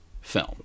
film